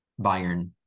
Bayern